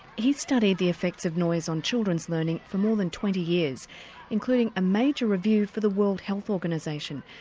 he's studied the effects of noise on children's learning for more than twenty years including a major review for the world health organisation.